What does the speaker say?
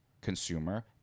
consumer